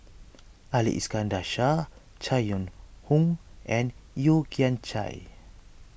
Ali Iskandar Shah Chai Yoong Hon and Yeo Kian Chai